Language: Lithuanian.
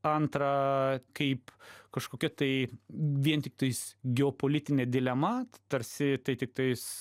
antra kaip kažkokia tai vien tiktais geopolitinė dilema tarsi tai tiktais